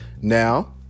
Now